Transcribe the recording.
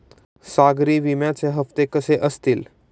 सागरी विम्याचे हप्ते कसे असतील?